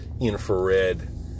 infrared